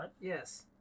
Yes